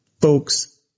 Folks